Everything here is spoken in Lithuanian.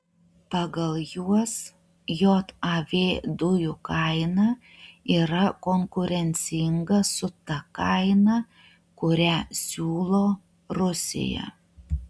pagal juos jav dujų kaina yra konkurencinga su ta kaina kurią siūlo rusija